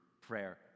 prayer